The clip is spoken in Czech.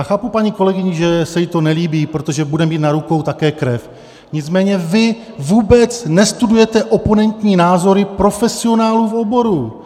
Já chápu paní kolegyni, že se jí to nelíbí, protože bude mít na rukou také krev, nicméně vy vůbec nestudujete oponentní názory profesionálů v oboru.